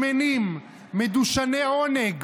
שמנים, מדושני עונג,